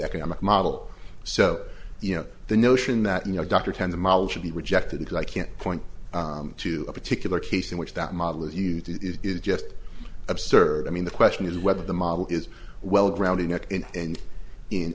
economic model so you know the notion that you know dr ten the model should be rejected because i can't point to a particular case in which that model is used it is just absurd i mean the question is whether the model is well grounded in and in